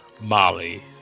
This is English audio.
Molly